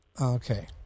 Okay